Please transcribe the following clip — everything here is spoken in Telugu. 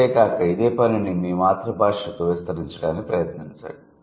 అంతే కాక ఇదే పనిని మీ మాతృ భాషకు విస్తరించడానికి ప్రయత్నించండి